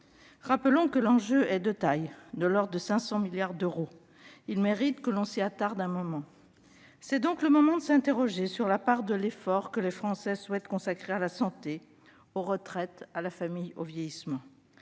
Rappelons que l'enjeu est de taille : de l'ordre de 500 milliards d'euros. Il mérite que l'on s'y attarde un instant. C'est donc le moment de s'interroger sur la part de l'effort que les Français souhaitent consacrer à la santé, aux retraites, à la famille, au vieillissement.